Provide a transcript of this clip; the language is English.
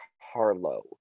Harlow